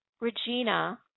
Regina